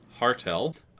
Hartel